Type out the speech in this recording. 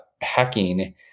hacking